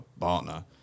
partner